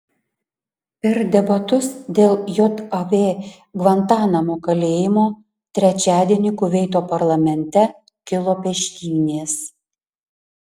per debatus dėl jav gvantanamo kalėjimo trečiadienį kuveito parlamente kilo peštynės